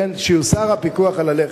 כן, שיוסר הפיקוח על הלחם.